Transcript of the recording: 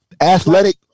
Athletic